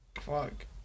Fuck